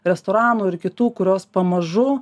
restoranų ir kitų kurios pamažu